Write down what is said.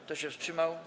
Kto się wstrzymał?